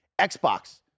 Xbox